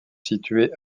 situées